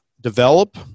develop